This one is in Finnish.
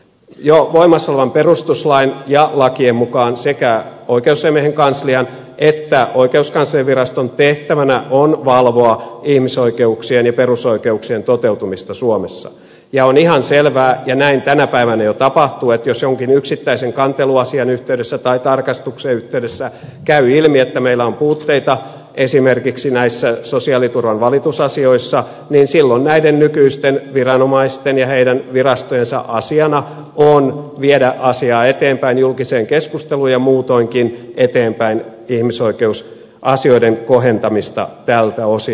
jo voimassa olevan perustuslain ja lakien mukaan sekä oikeusasiamiehen kanslian että oikeuskanslerinviraston tehtävänä on valvoa ihmisoi keuksien ja perusoikeuksien toteutumista suomessa ja on ihan selvää ja näin tänä päivänä jo tapahtuu että jos jonkin yksittäisen kanteluasian yhteydessä tai tarkastuksen yhteydessä käy ilmi että meillä on puutteita esimerkiksi näissä sosiaaliturvan valitusasioissa niin silloin näiden nykyisten viranomaisten ja heidän virastojensa asiana on viedä asiaa eteenpäin julkiseen keskusteluun ja muutoinkin viedä eteenpäin ihmisoikeusasioiden kohentamista tältä osin